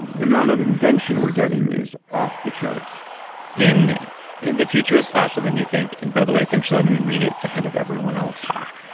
the amount of invention we're getting is off the charts in in the future is faster than you think, and by the way, thanks for letting me read it ahead of everyone else. ah